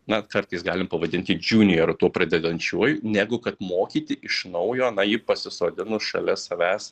na kartais galim pavadinti džiunijoru tuo pradedančiuoju negu kad mokyti iš naujo na jį pasisodinus šalia savęs